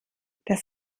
das